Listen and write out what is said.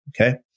okay